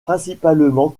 principalement